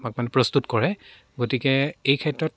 আমাক মানে প্ৰস্তুত কৰে গতিকে এই ক্ষেত্ৰত